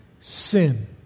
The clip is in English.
Sin